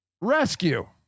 rescue